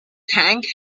thank